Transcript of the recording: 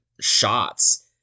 shots